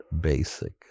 basic